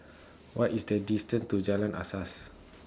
What IS The distance to Jalan Asas